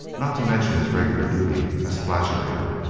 not to mention his regular duty as flagellator.